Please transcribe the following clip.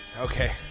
Okay